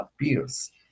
appears